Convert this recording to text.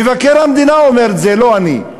מבקר המדינה אומר את זה, לא אני.